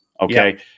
okay